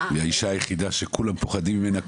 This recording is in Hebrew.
האישה היחידה שכולם פוחדים ממנה,